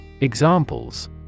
Examples